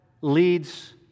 leads